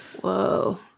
Whoa